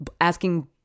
asking